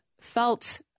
felt